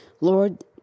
Lord